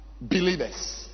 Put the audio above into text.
believers